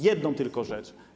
Jedną tylko rzecz.